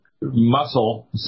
muscle